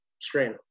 strain